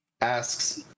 asks